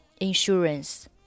insurance